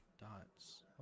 dots